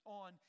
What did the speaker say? on